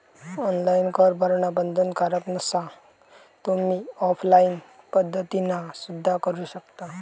online कर भरणा बंधनकारक नसा, तुम्ही ऑफलाइन पद्धतीना सुद्धा करू शकता